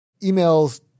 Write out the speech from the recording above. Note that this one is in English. Emails